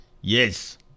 yes